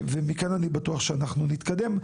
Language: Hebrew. מכאן אני בטוח שנתקדם.